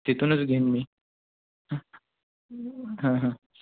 तिथूनच घेईन मी हां हां हां